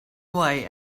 way